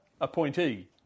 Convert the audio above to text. appointee